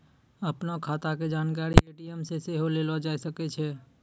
अपनो खाता के जानकारी ए.टी.एम से सेहो लेलो जाय सकै छै